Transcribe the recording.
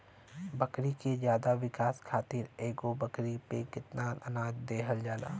बकरी के ज्यादा विकास खातिर एगो बकरी पे कितना अनाज देहल जाला?